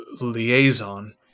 liaison